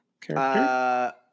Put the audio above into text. character